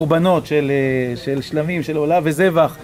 קורבנות של שלמים, של עולה וזבח.